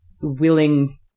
willing